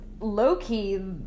low-key